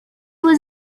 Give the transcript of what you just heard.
was